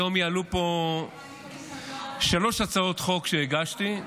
היום יעלו פה שלוש הצעות חוק שהגשתי,